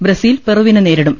Brazil പെറുവിനെ നേരിടും